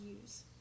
use